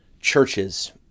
churches